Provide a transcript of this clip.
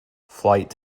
flight